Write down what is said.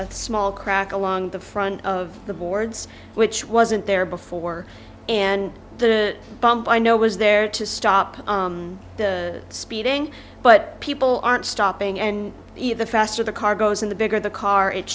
small crack along the front of the boards which wasn't there before and the bump i know was there to stop speeding but people aren't stopping and the faster the car goes in the bigger the car it